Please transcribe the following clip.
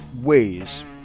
ways